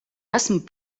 esmu